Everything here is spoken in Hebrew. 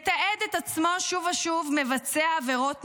מתעד את עצמו שוב ושוב מבצע עבירות תנועה.